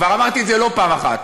כבר אמרתי את זה לא פעם אחת,